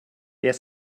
det